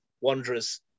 Wanderers